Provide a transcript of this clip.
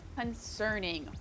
concerning